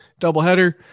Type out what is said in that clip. doubleheader